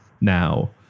now